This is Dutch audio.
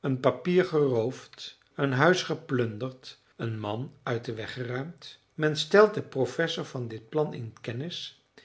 een papier geroofd een huis geplunderd een man uit den weg geruimd men stelt den professor van dit plan in kennis